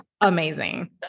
amazing